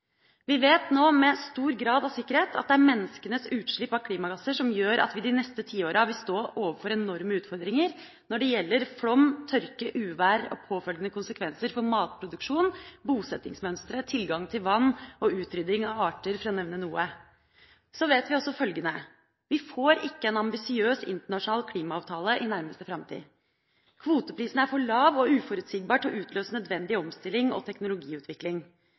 Vi vet nå med en stor grad av sikkerhet at det er menneskenes utslipp av klimagasser som gjør at vi de neste tiåra vil stå overfor enorme utfordringer når det gjelder flom, tørke, uvær og påfølgende konsekvenser for matproduksjon, bosettingsmønstre, tilgang til vann og utrydding av arter – for å nevne noe. Så vet vi også følgende: Vi får ikke en ambisiøs internasjonal klimaavtale i nærmeste framtid. Kvoteprisen er for lav og uforutsigbar til å utløse nødvendig omstilling og teknologiutvikling.